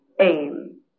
aim